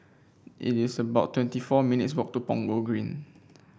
it is about twenty four minutes' walk to Punggol Green